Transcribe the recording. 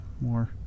more